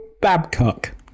Babcock